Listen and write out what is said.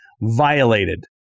violated